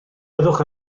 byddwch